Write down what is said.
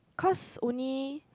cause only